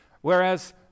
Whereas